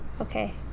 Okay